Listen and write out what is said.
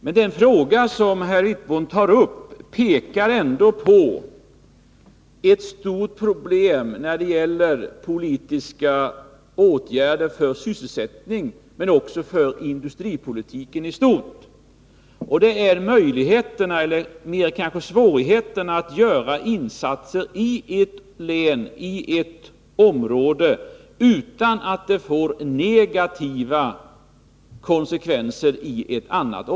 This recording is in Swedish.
Men den fråga som herr Wittbom tar upp pekar ändå på ett stort problem när det gäller politiska åtgärder för sysselsättning men också för industripolitiken i stort. Det gäller möjligheterna eller kanske snarare svårigheterna att göra insatser i ett Nr 135 område utan att de får negativa konsekvenser i ett annat.